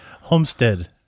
homestead